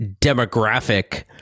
demographic